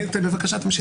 תמשיך.